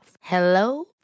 Hello